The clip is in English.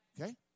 Okay